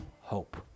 hope